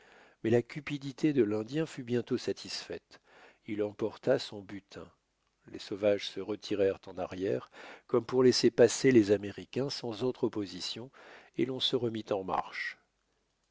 mais la cupidité de l'indien fut bientôt satisfaite il emporta son butin les sauvages se retirèrent en arrière comme pour laisser passer les américains sans autre opposition et l'on se remit en marche